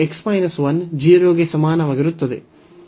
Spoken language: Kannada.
x 2 ಮತ್ತು 0 ಗೆ ಸಮಾನವಾಗಿರುತ್ತದೆ